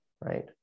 right